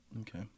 Okay